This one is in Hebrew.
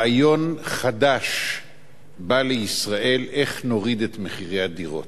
רעיון חדש בא לישראל: איך נוריד את מחירי הדירות,